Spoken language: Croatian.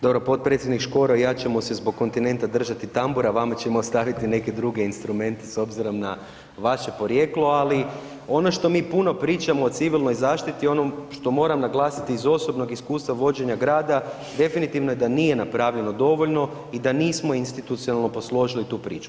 Dobro, potpredsjednik Škoro i ja ćemo se zbog kontinenta držati tambura, a vama ćemo ostaviti neke druge instrumente s obzirom na vaše porijeklo, ali ono što mi puno pričamo o civilnoj zaštiti i onom što moram naglasiti iz osobnog iskustva vođenja grada definitivno je da nije napravljeno dovoljno i da nismo institucionalno posložili tu priču.